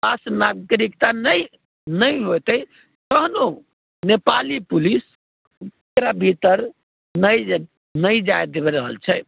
पास नागरिकता नहि नहि हेतै तखन ओ नेपाली पुलिस ओकरा भीतर नहि जाए नहि जाइ देइ रहल छै